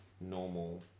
normal